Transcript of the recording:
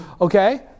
Okay